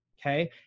Okay